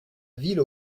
ville